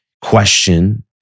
question